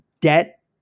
debt